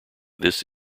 this